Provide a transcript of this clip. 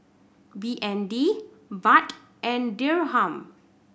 B N D Baht and Dirham